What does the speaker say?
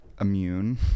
immune